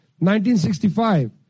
1965